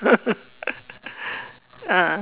ah